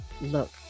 look